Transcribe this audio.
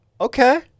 Okay